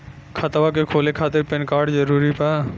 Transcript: खतवा के खोले खातिर पेन कार्ड जरूरी बा?